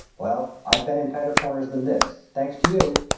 well, i've been in tighter corners than this thanks to you!